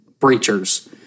Breachers